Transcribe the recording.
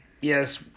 yes